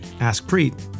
AskPreet